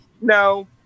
No